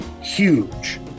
huge